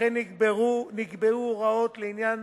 וכן נקבעו הוראות לעניין